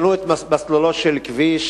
את מסלולו של כביש,